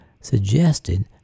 suggested